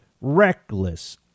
reckless